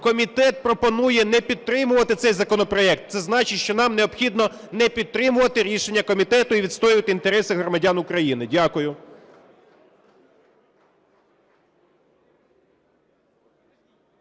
Комітет пропонує не підтримувати цей законопроект. Це значить, що нам необхідно не підтримувати рішення комітету і відстоювати інтереси громадян України. Дякую.